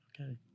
Okay